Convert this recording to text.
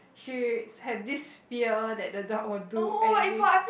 she had this fear that the dog will do anything